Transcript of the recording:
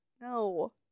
No